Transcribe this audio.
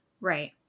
right